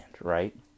right